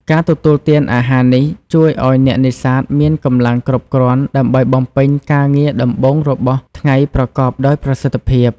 ការទទួលទានអាហារនេះជួយឲ្យអ្នកនេសាទមានកម្លាំងគ្រប់គ្រាន់ដើម្បីបំពេញការងារដំបូងរបស់ថ្ងៃប្រកបដោយប្រសិទ្ធភាព។